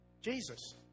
Jesus